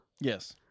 Yes